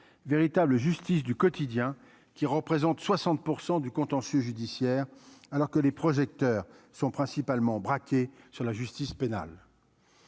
véritable justice du quotidien, qui représentent 60 % du contentieux judiciaire, alors que les projecteurs sont principalement braqués sur la justice pénale